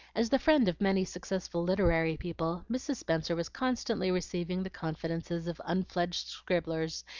as the friend of many successful literary people, mrs. spenser was constantly receiving the confidences of unfledged scribblers,